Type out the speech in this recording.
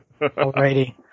Alrighty